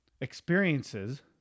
experiences